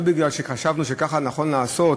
לא מפני שחשבנו שככה נכון לעשות,